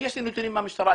יש לי נתונים מהמשטרה.